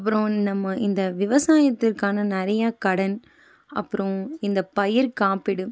அப்புறம் நம்ம இந்த விவசாயத்திற்கான நிறையா கடன் அப்புறம் இந்த பயிர் காப்பீடு